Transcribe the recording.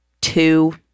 two